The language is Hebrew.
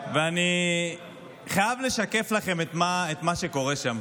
ואני חייב לשקף לכם את מה שקורה שם,